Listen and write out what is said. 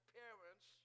parents